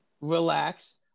relax